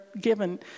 given